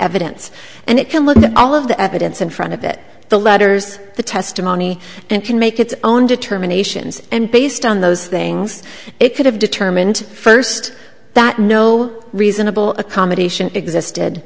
evidence and it can look at all of the evidence in front of it the letters the testimony and can make its own determinations and based on those things it could have determined first that no reasonable accommodation existed